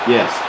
Yes